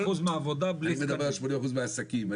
אני מדבר על 80% מהעסקים.